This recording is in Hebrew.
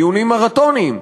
דיונים מרתוניים,